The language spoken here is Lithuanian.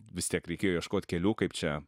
vis tiek reikėjo ieškot kelių kaip čia